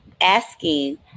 asking